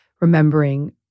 remembering